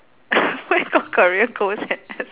where got career goals and as~